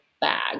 bag